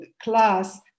class